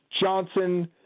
Johnson